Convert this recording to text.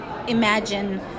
imagine